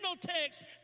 text